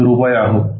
675 ரூபாய் ஆகும்